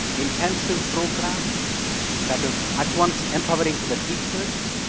intensive program that is at once empowering to the teachers.